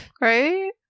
right